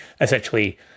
essentially